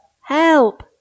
help